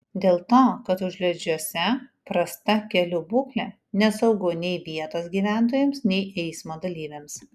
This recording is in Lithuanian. dėl to kad užliedžiuose prasta kelių būklė nesaugu nei vietos gyventojams nei eismo dalyviams